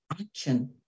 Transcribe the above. Action